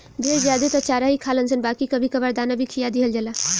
भेड़ ज्यादे त चारा ही खालनशन बाकी कभी कभार दाना भी खिया दिहल जाला